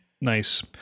nice